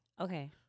Okay